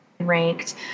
ranked